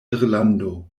irlando